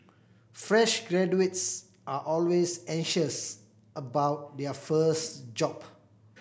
fresh graduates are always anxious about their first job